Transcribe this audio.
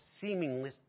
seemingly